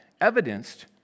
evidenced